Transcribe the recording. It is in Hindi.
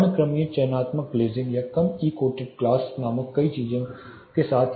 वर्णक्रमीय चयनात्मक ग्लेज़िंग या कम ई कोटेड ग्लास नामक नई चीजों के साथ